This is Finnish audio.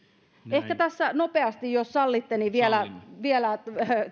ehkä tässä nopeasti jos sallitte vielä vielä